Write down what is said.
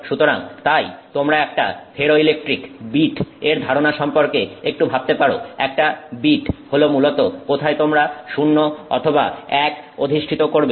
সুতরাং তাই তোমরা একটা ফেরোইলেকট্রিক বিট এর ধারণা সম্পর্কে একটু ভাবতে পারো একটা বিট হল মূলত কোথায় তোমরা 0 অথবা 1 অধিষ্ঠিত করবে